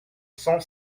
cent